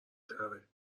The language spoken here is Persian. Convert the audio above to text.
تره